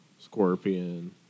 Scorpion